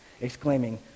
exclaiming